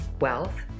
wealth